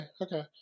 okay